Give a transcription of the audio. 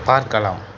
பார்க்கலாம்